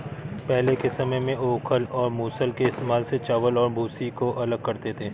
पहले के समय में ओखल और मूसल के इस्तेमाल से चावल और भूसी को अलग करते थे